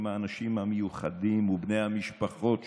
עם האנשים המיוחדים ובני המשפחות שלהם,